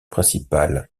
principales